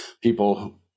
people